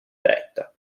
eretta